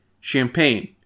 Champagne